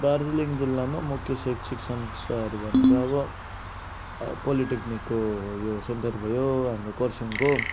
दार्जिलिङ जिल्लामा मुख्य शैक्षिक संस्थाहरू भनेको अब पोलिटेक्निकको यो सेन्टर भयो हाम्रो कर्सियङको